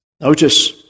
notice